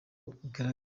igaragaza